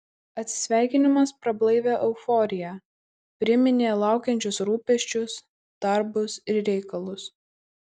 atsisveikinimas prablaivė euforiją priminė laukiančius rūpesčius darbus ir reikalus